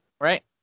right